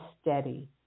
steady